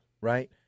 right